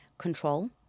control